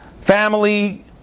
family